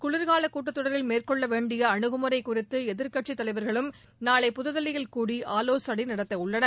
குளிர்காலக் கூட்டத் தொடரில் மேற்கொள்ள வேண்டிய அணுகுமுறை குறித்து எதிர்க்கட்சித் தலைவர்களும் நாளை புதுதில்லியில் கூடி ஆவோசனை நடத்தவுள்ளனர்